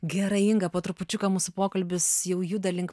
gerai inga po trupučiuką mūsų pokalbis jau juda link